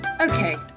Okay